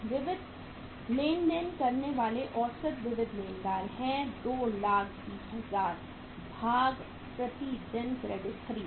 विविध लेन देन करने वाले औसत विविध लेनदार हैं 220000 2 लाख बीस हजार भाग प्रति दिन क्रेडिट खरीद